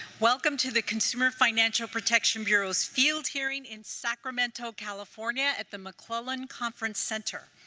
welcome to the consumer financial protection bureau's field hearing in sacramento, california, at the mcclellan conference center.